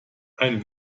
ein